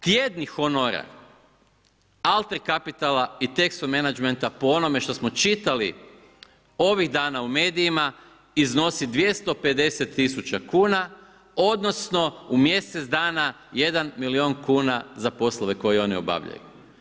Tjedni honorar Alten Capital i Texo Management po onome što smo čitali ovih dana u medijima iznosi 250000 kuna, odnosno, u mjesec dana jedan milijun kuna za poslove koji oni obavljaju.